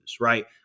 Right